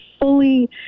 fully